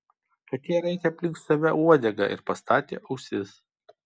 katė raitė aplink save uodegą ir pastatė ausis